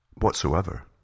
Whatsoever